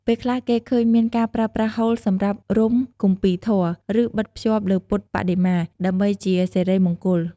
ពេលខ្លះគេឃើញមានការប្រើប្រាស់ហូលសម្រាប់រុំគម្ពីរធម៌ ឬបិទភ្ជាប់លើពុទ្ធបដិមា ដើម្បីជាសិរីមង្គល។